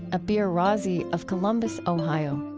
abeer raazi of columbus, ohio